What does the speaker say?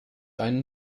einen